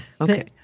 Okay